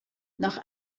nach